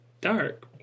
dark